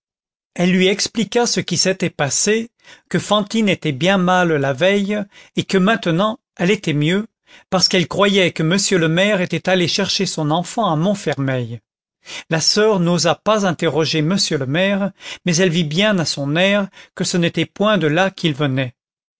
elle lui expliqua ce qui s'était passé que fantine était bien mal la veille et que maintenant elle était mieux parce qu'elle croyait que monsieur le maire était allé chercher son enfant à montfermeil la soeur n'osa pas interroger monsieur le maire mais elle vit bien à son air que ce n'était point de là qu'il venait